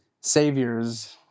saviors